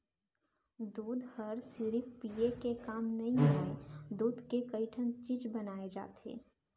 दूद हर सिरिफ पिये के काम नइ आय, दूद के कइ ठन चीज बनाए जाथे